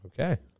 Okay